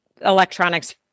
electronics